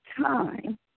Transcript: time